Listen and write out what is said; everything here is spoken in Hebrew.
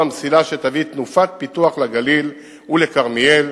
המסילה שתביא פיתוח לגליל ולכרמיאל,